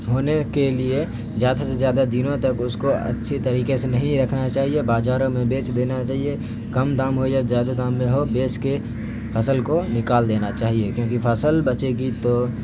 ہونے کے لیے زیادہ سے زیادہ دنوں تک اس کو اچھی طریقے سے نہیں رکھنا چاہیے بازاروں میں بیچ دینا چاہیے کم دام میں ہو یا زیادہ دام میں ہو بیچ کے فصل کو نکال دینا چاہیے کیوں کہ فصل بچے گی تو